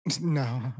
No